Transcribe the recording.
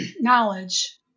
knowledge